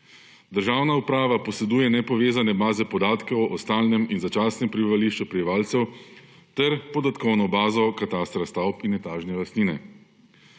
Državna uprava poseduje nepovezane baze podatkov o stalnem in začasnem prebivališču prebivalcev ter podatkovno bazo katastra stavb in etažne lastnine.